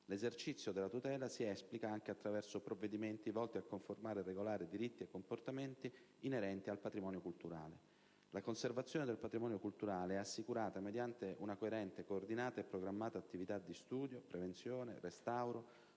l'esercizio della tutela si esplica anche attraverso provvedimenti volti a conformare e regolare diritti e comportamenti inerenti al patrimonio culturale. La conservazione del patrimonio culturale è assicurata mediante una coerente, coordinata e programmata attività di studio, prevenzione, restauro